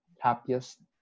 happiest